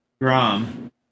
Grom